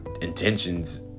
intentions